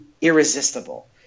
irresistible